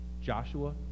Joshua